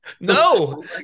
no